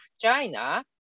China